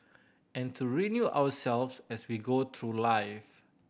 and to renew ourselves as we go through life